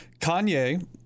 kanye